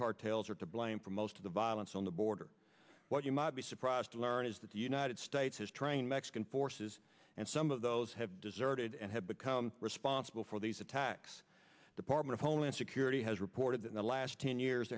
cartels are to blame for most of the violence on the border what you might be surprised to learn is that the united states is trying mexican forces and some of those have deserted and have become responsible for these attacks department of homeland security has reported in the last ten years